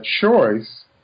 choice